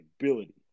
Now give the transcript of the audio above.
ability